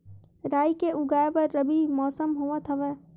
राई के उगाए बर रबी मौसम होवत हवय?